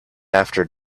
after